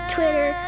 Twitter